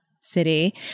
city